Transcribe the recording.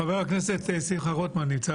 חבר הכנסת שמחה רוטמן נמצא